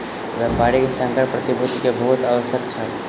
व्यापारी के संकर प्रतिभूति के बहुत आवश्यकता छल